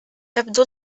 تبدو